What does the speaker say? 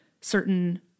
certain